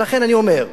ולכן אני אומר,